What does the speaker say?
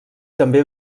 també